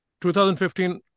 2015